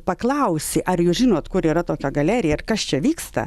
paklausi ar jūs žinot kur yra tokia galerija ir kas čia vyksta